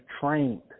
trained